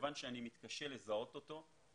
מכיוון שאני מתקשה לזהות אותו,